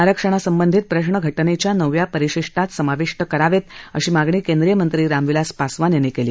आरक्षणासंबंधित प्रश्न घटनेच्या नवव्या परिशिष्टात समाविष्ट करावेत अशी मागणी केंद्रीय मंत्री रामविलास पासवान यांनी केली